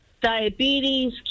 diabetes